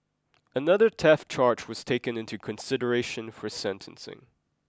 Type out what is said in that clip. another theft charge was taken into consideration for sentencing